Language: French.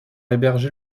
hébergé